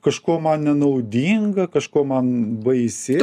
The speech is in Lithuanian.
kažkuo man nenaudinga kažkuo man baisi